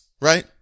right